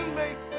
make